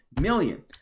million